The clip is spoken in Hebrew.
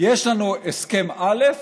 יש לנו הסכם א',